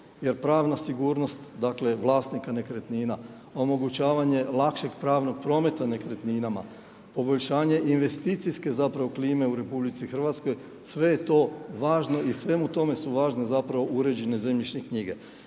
jer pravna sigurnost dakle vlasnika nekretnina omogućavanje lakšeg pravnog prometa nekretninama, poboljšanje investicijske klime u RH sve je to važno i svemu tome su važne uređene zemljišne knjige.